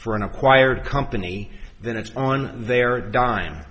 for an acquired company then it's on their dime